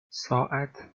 ساعت